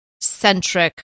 centric